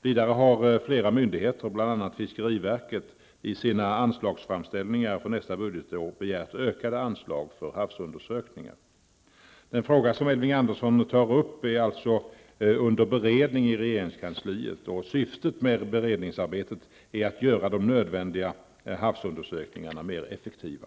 Vidare har flera myndigheter, bl.a. fiskeriverket, i sina anslagsframställningar för nästa budgetår begärt ökade anslag för havsundersökningar. Den fråga som Elving Andersson tar upp är alltså under beredning i regeringskansliet. Syftet med beredningsarbetet är att göra de nödvändiga havsundersökningarna mera effektiva.